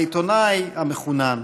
העיתונאי המחונן,